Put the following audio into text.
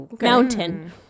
Mountain